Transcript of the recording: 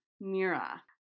Mira